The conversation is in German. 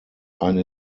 eine